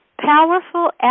powerful